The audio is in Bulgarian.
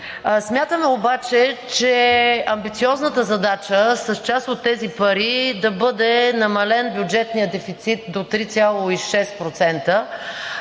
Смятаме обаче, че амбициозната задача с част от тези пари да бъде намален бюджетният дефицит до 3,6%